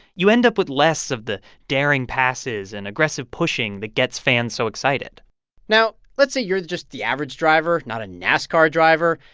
you end up with less of the daring passes and aggressive pushing that gets fans so excited now, let's say you're just the average driver, not a nascar driver,